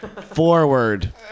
forward